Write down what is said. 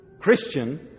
Christian